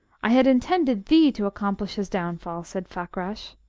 i had intended thee to accomplish his downfall, said fakrash.